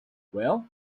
well